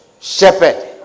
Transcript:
shepherd